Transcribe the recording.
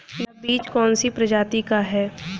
यह बीज कौन सी प्रजाति का है?